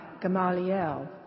Gamaliel